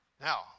Now